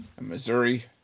Missouri